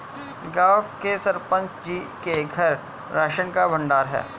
गांव के सरपंच जी के घर राशन का भंडार है